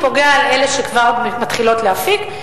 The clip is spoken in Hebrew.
הוא פוגע באלה שכבר מתחילות להפיק,